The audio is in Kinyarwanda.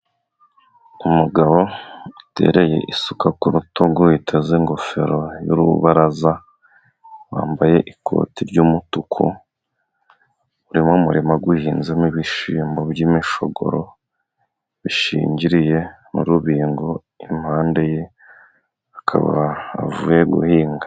Umugabo utereye isuka ku rutugu, witeze ingofero y'urubaraza, wambaye ikoti ry'umutuku, uri mu murima uhinzemo ibishyimo by'imishogoro bishingiriye n'urubingo impande ye, akaba avuye guhinga.